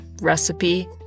recipe